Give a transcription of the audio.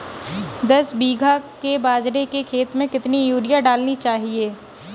दस बीघा के बाजरे के खेत में कितनी यूरिया डालनी चाहिए?